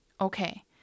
Okay